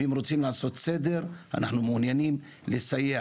ואם רוצים לעשות סדר, אנחנו מעוניינים לסייע.